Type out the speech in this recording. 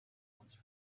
once